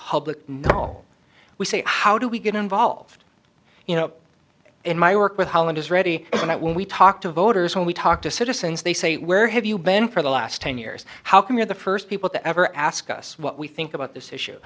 public know all we say how do we get involved you know in my work with holland is ready for that when we talk to voters when we talk to citizens they say where have you been for the last ten years how come you're the first people to ever ask us what we think about this issue